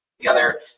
together